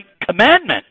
commandment